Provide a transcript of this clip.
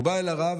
הוא בא אל הרב,